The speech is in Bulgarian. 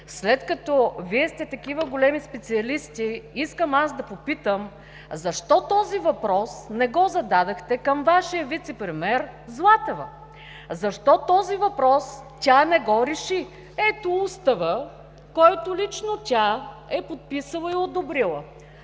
След като Вие сте такива големи специалисти, искам да попитам: защо този въпрос не го зададохте към Вашия вицепремиер Златева? Защо този въпрос тя не го реши? Ето Устава, който лично тя е подписала и одобрила.